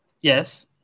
yes